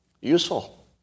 Useful